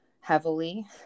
heavily